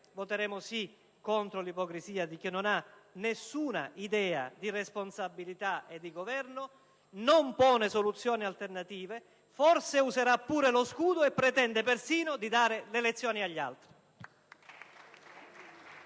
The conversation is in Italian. voteremo sì contro l'ipocrisia di chi non ha nessuna idea di responsabilità e di governo, non pone soluzioni alternative, forse userà pure lo scudo e pretende persino di dare lezioni agli altri.